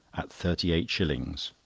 at thirty-eight shillings.